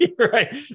Right